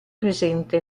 presente